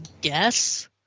guess